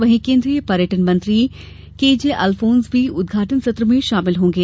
वहीं केन्द्रीय पर्यटन मंत्री केजे अलफोन्स भी उदघाटन सत्र में शामिल होंगे